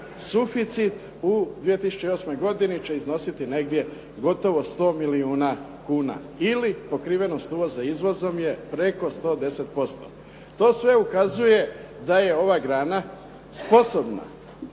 suficit u 2008. godini će iznositi negdje gotovo 100 milijuna kuna. Ili pokrivenost uvoza izvozom je preko 110%. To sve ukazuje da je ova grana sposobna